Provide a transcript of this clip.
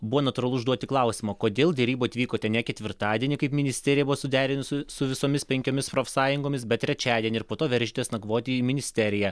buvo natūralu užduoti klausimą kodėl derybų atvykote ne ketvirtadienį kaip ministerija buvo suderinusi su visomis penkiomis profsąjungomis bet trečiadienį ir po to veržėtės nakvoti į ministeriją